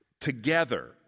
Together